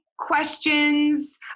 Questions